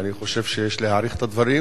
ואני חושב שיש להעריך את הדברים,